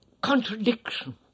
contradiction